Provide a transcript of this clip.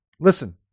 Listen